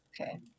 Okay